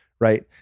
right